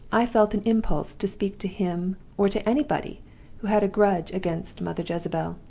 i felt an impulse to speak to him or to anybody who had a grudge against mother jezebel.